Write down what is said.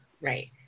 right